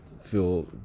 feel